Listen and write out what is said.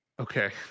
okay